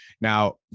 now